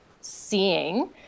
seeing